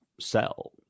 sell